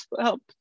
help